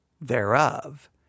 thereof